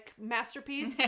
masterpiece